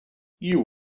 you